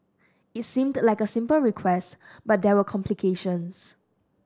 it seemed like a simple request but there were complications